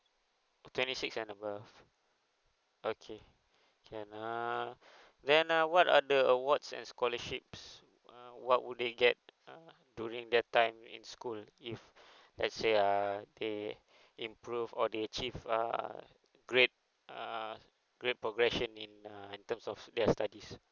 twenty six and above okay can err then uh what are the awards and scholarships uh what would they get uh during that time in school if let's say err they improve or they achieve err great err great progression in uh in terms of their study